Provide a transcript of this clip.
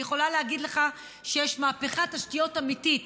אני יכולה להגיד לך שיש מהפכת תשתיות אמיתית